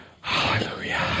Hallelujah